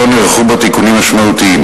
לא נערכו בו תיקונים משמעותיים,